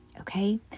Okay